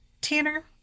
Tanner